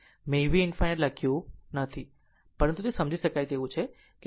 મેં v ∞ લખ્યું નથી પરંતુ તે સમજી શકાય તેવું છે કે તે 2